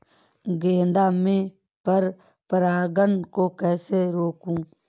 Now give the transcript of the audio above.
गेंदा में पर परागन को कैसे रोकुं?